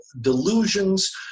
delusions